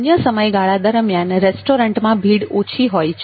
અન્ય સમયગાળા દરમ્યાન રેસ્ટોરન્ટમાં ભીડ ઓછી હોય છે